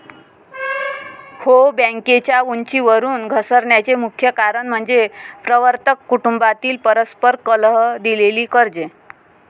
हो, बँकेच्या उंचीवरून घसरण्याचे मुख्य कारण म्हणजे प्रवर्तक कुटुंबातील परस्पर कलह, दिलेली कर्जे